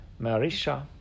Marisha